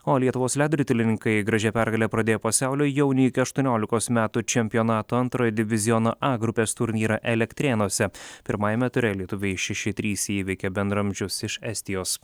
o lietuvos ledo ritulininkai gražia pergale pradėjo pasaulio jaunių iki aštuoniolikos metų čempionato antrojo diviziono a grupės turnyrą elektrėnuose pirmajame ture lietuviai šeši trys įveikė bendraamžius iš estijos